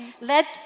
Let